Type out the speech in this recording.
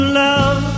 love